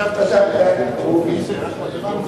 תמשיך.